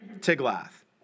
Tiglath